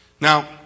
Now